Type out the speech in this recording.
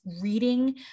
reading